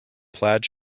plaid